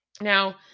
Now